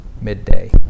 midday